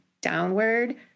downward